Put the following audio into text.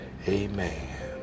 amen